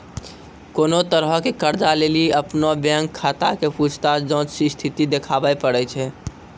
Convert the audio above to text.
कोनो तरहो के कर्जा लेली अपनो बैंक खाता के पूछताछ जांच स्थिति देखाबै पड़ै छै